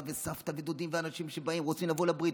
וסבתא ודודים ואנשים שרוצים לבוא לברית,